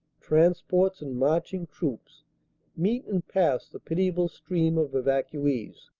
transports and marching troops meet and pass the piti able stream of evacuees.